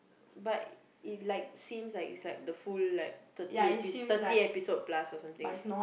but it like seems like it's like the full like thirty epi~ thirty episode plus or something